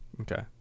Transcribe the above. okay